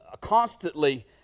constantly